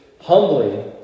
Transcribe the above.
humbly